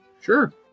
Sure